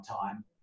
time